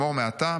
"אמור מעתה,